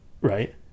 Right